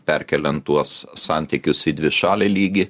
perkeliant tuos santykius į dvišalį lygį